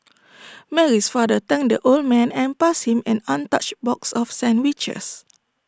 Mary's father thanked the old man and passed him an untouched box of sandwiches